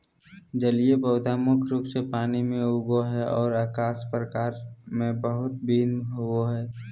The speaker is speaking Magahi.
जलीय पौधा मुख्य रूप से पानी में उगो हइ, और आकार प्रकार में बहुत भिन्न होबो हइ